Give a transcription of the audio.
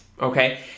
Okay